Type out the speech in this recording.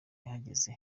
yahageze